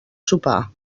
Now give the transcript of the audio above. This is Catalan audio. sopar